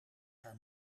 haar